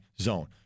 Zone